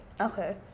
Okay